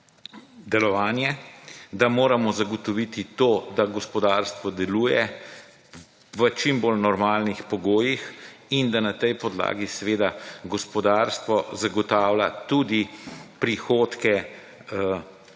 delovanje, da moramo zagotoviti to, da gospodarstvo deluje, v čim bolj normalnih pogojih in da na tej podlagi seveda gospodarstvo zagotavlja tudi prihodke,